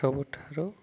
ସବୁଠାରୁ